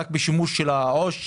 רק בשימוש של העו"ש.